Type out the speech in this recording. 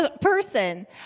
person